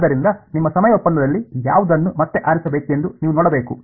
ಆದ್ದರಿಂದ ನಿಮ್ಮ ಸಮಯ ಒಪ್ಪಂದದಲ್ಲಿ ಯಾವುದನ್ನು ಮತ್ತೆ ಆರಿಸಬೇಕೆಂದು ನೀವು ನೋಡಬೇಕು